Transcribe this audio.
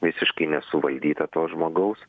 visiškai nesuvaldytą to žmogaus